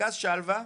מרכז שלווה,